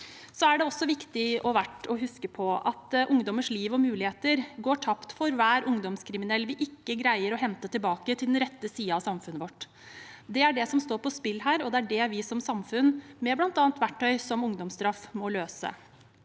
Så er det også viktig og verdt å huske på at ungdommers liv og muligheter går tapt for hver ungdomskriminell vi ikke greier å hente tilbake til den rette siden av samfunnet vårt. Det er det som står på spill her, og det er det vi som samfunn, bl.a. med verktøy som ungdomsstraff, må løse.